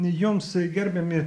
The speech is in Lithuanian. jums gerbiami